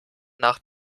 nach